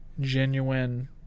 genuine